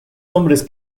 hombres